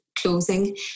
closing